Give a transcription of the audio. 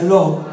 Lord